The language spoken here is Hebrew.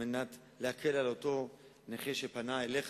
כדי להקל על אותו נכה שפנה אליך,